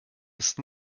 ist